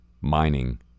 mining